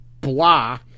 blah